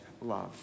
love